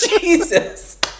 jesus